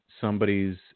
somebody's